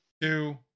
two